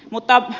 puhemies